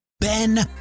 Ben